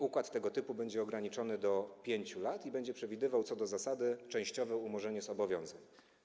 Układ tego typu będzie ograniczony do 5 lat i będzie przewidywał, co do zasady, częściowe umorzenie zobowiązań.